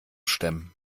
stemmen